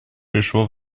пришло